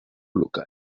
local